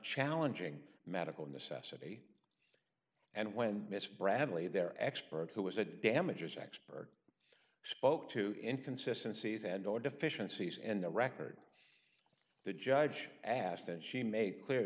challenging medical necessity and when mrs bradley their expert who was a damages expert spoke to in consistencies and or deficiencies in the record the judge asked and she made clear